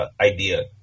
idea